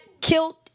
killed